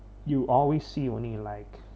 you always see only like